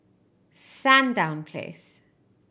Sandown Place